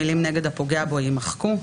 המילים "נגד הפוגע בו" יימחקו.